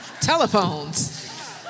Telephones